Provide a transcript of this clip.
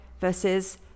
versus